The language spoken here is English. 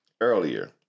earlier